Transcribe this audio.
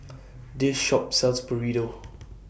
This Shop sells Burrito